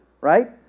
Right